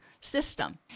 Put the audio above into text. system